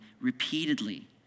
repeatedly